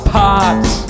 parts